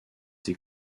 des